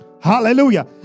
hallelujah